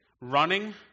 running